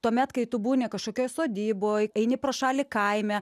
tuomet kai tu būni kažkokioj sodyboj eini pro šalį kaime